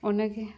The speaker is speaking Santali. ᱚᱱᱟᱜᱮ